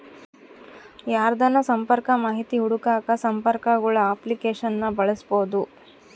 ಯಾರ್ದನ ಸಂಪರ್ಕ ಮಾಹಿತಿ ಹುಡುಕಾಕ ಸಂಪರ್ಕಗುಳ ಅಪ್ಲಿಕೇಶನ್ನ ಬಳಸ್ಬೋದು